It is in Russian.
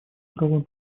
правам